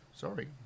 Sorry